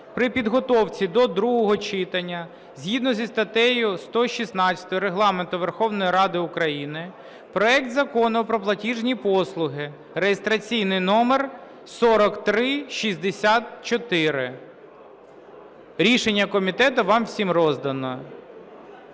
при підготовці до другого читання згідно зі статтею 116 Регламенту Верховної Ради України проект Закону про платіжні послуги (реєстраційний номер 4364). Рішення комітету вам всім роздано